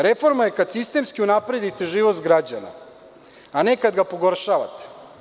Reforma je kad sistemski unapredite život građana, a ne kad ga pogoršavate.